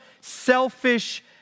selfish